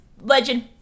legend